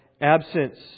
absence